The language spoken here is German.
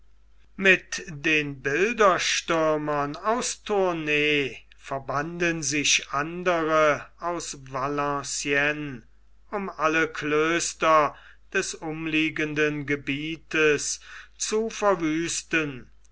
mit den bilderstürmern aus tournay verbanden sich andere aus valenciennes um alle klöster des umliegenden gebiets zu verwüsten